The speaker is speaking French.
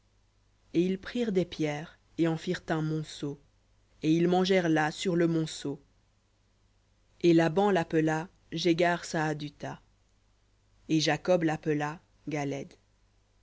et ils prirent des pierres et en firent un monceau et ils mangèrent là sur le monceau et laban l'appela jegar sahadutha et jacob l'appela galhed